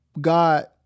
God